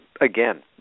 again